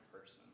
person